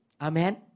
Amen